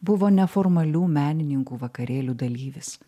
buvo neformalių menininkų vakarėlių dalyvis